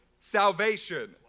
salvation